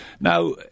Now